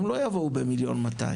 הם לא יבואו ב1.2 מיליון.